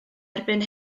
erbyn